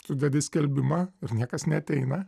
tu dedi skelbimą ir niekas neateina